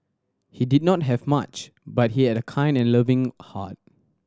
he did not have much but he had a kind and loving heart